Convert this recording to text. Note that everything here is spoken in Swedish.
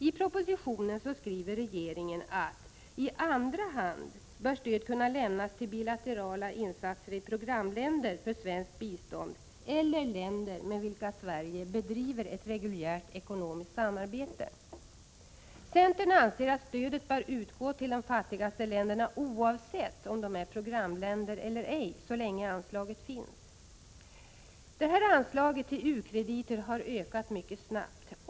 I propositionen skriver regeringen: ”I andra hand ———- bör stöd kunna lämnas till bilaterala insatser i programländer för svenskt bistånd eller länder med vilka Sverige bedriver ett reguljärt ekonomiskt samarbete.” Centern anser att stödet bör utgå till de fattigaste länderna, oavsett om de är programländer eller ej, så länge anslaget finns. Anslaget för u-krediter har ökat mycket snabbt.